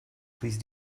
please